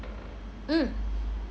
mm